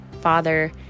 father